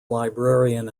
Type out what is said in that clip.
librarian